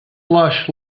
slush